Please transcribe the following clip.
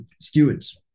stewards